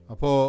Apo